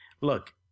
Look